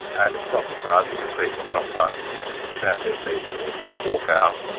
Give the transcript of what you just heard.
and it's not surprising that people sometimes stamp their feet, or walk out.